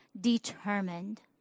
determined